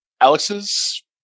Alex's